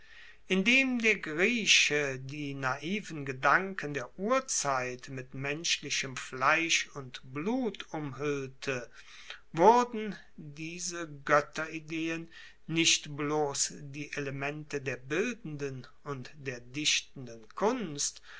indem der grieche die naiven gedanken der urzeit mit menschlichem fleisch und blut umhuellte wurden diese goetterideen nicht bloss die elemente der bildenden und der dichtenden kunst